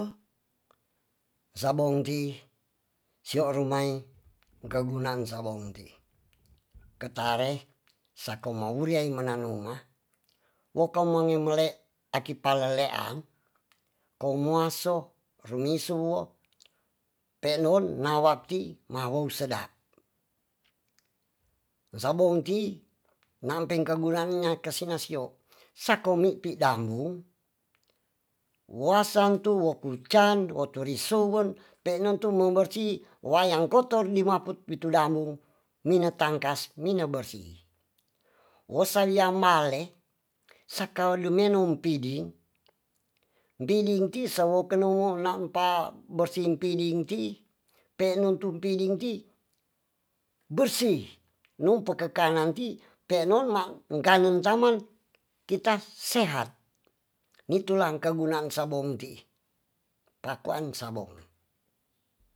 Sabong ti sio rumai kegunan sabong ti ketare sako maruiai menanoma woka mangi mele aki pale lean komoaso rumisuwo penoon nawakti mawong sedap sabong ti nampeng kagudadangnya kasinya sio sako mipi damung wasan mo kucan wotu morisewen wayan kotor nimaput witu dambung mine tangkas mine bersi. wo san wian bale saka duminum piding piding ti sawo kenewo nan pa bersi piding ti pe nun tu piding ti bersi. wo pakekanan ti peenon ma kangen taman kita sehat ni tulang kegunaan sabong ti. pakuan sabong na